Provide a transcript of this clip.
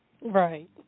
Right